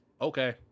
Okay